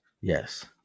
Yes